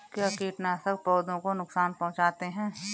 क्या कीटनाशक पौधों को नुकसान पहुँचाते हैं?